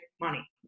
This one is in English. money